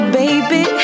baby